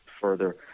further